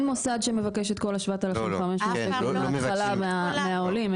מוסד שמבקש את כל ה-7,500 שקל מההתחלה מהעולים,